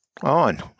on